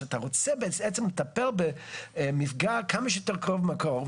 שאתה רוצה בעצם לטפל במפגע כמה שיותר קרוב למקור.